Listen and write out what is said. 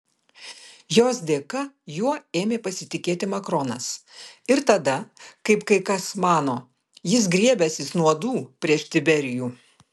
jos dėka juo ėmė pasitikėti makronas ir tada kaip kai kas mano jis griebęsis nuodų prieš tiberijų